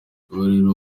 ngororero